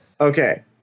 Okay